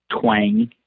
twang